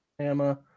Emma